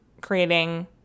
creating